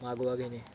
मागोवा घेणे